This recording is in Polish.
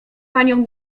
panią